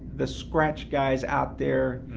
the scratch guy's out there.